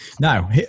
Now